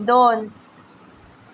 दोन